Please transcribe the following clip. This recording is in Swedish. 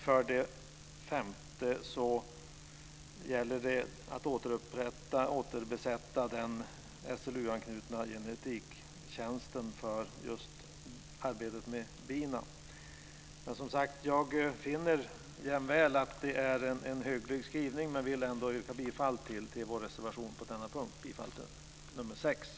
För det fjärde gäller det att återbesätta den SLU-anknutna genetiktjänsten för just arbetet med bin. Jag finner jämväl att det är en hygglig skrivning men vill ändå yrka bifall till vår reservation, nr 6, på denna punkt.